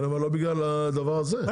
כן אבל לא בגלל הדבר הזה, לא בגלל הדבר הזה.